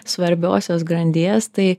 svarbiosios grandies tai